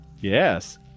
Yes